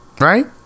Right